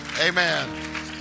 Amen